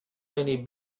many